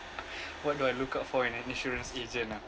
what do I look out for in an insurance agent ah